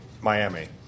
Miami